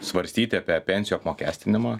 svarstyti apie pensijų apmokestinimą